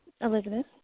Elizabeth